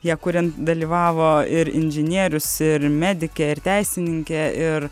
ją kuriant dalyvavo ir inžinierius ir medikė ir teisininkė ir